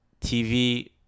TV